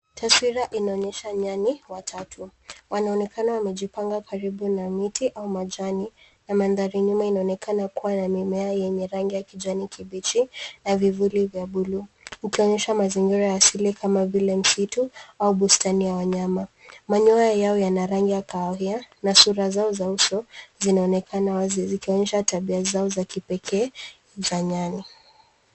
Taswira inaonyesha nyani watatu. Wanaonekana wamejipanga karibu na miti au majani na mandhari nyuma inaonekana kuwa na mimea yenye rangi ya kijani kibichi na vivuli vya buluu, ikionyesha mazingira ya asili kama vile msitu au bustani ya wanyama. Manyoya yao yana rangi ya kahawia na sura zao za uso, zinaonekana wazi zikionyesha tabia zao za kipekee za nyani.